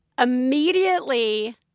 immediately